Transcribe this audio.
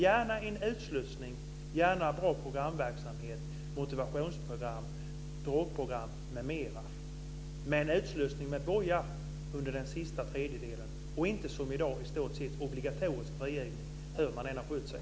Gärna en utslussning, och gärna bra programverksamhet, motivationsprogram, drogprogram, m.m. Men det ska vara utslussning med boja under den sista tredjedelen och inte som i dag i stor sett obligatorisk frigivning hur den intagne än har skött sig.